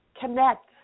connect